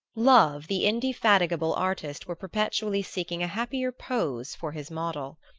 love the indefatigable artist were perpetually seeking a happier pose for his model.